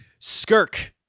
Skirk